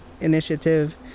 initiative